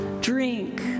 Drink